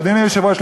ואדוני היושב-ראש,